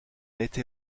été